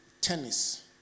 tennis